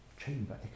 chamber